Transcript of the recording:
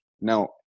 Now